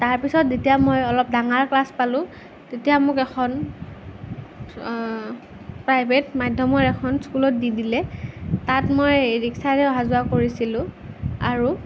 তাৰ পিছত যেতিয়া মই অলপ ডাঙৰ ক্লাছ পালোঁ তেতিয়া মোক এখন প্ৰাইভেট মাধ্যমৰ এখন স্কুলত দি দিলে তাত মই ৰিক্সাৰে অহা যোৱা কৰিছিলোঁ আৰু